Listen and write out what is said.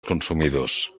consumidors